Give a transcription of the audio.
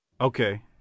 Okay